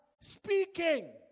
Speaking